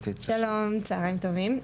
שלום, צוהריים טובים.